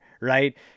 Right